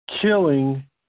killing